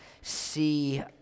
see